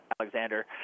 Alexander